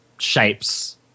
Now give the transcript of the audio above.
shapes